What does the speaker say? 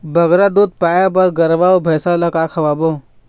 बगरा दूध पाए बर गरवा अऊ भैंसा ला का खवाबो?